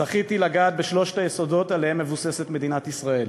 זכיתי לגעת בשלושת היסודות שעליהם מבוססת מדינת ישראל: